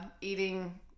Eating